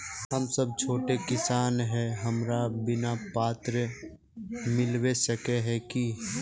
हम सब छोटो किसान है हमरा बिमा पात्र मिलबे सके है की?